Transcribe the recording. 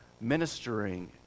ministering